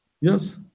Yes